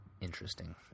Interesting